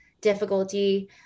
difficulty